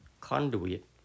conduit